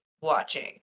watching